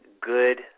Good